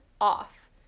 off